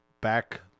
back